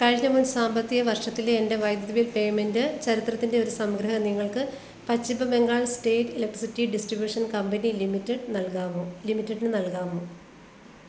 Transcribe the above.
കഴിഞ്ഞ മുൻ സാമ്പത്തിക വർഷത്തിലെ എന്റെ വൈദ്യുതി ബിൽ പേമെൻ്റ് ചരിത്രത്തിന്റെ ഒരു സംഗ്രഹം നിങ്ങൾക്ക് Paschima Bengal state electricity distribution company limited നൽകാമോ ലിമിറ്റഡിന് നൽകാമോ